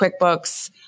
QuickBooks